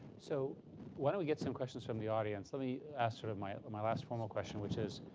so why don't we get some questions from the audience. let me ask sort of my my last formal question, which is,